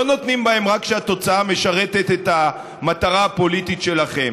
לא נותנים בהם רק כשהתוצאה משרתת את המטרה הפוליטית שלכם.